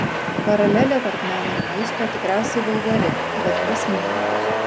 paralelė tarp meno ir maisto tikriausiai vulgari bet prasminga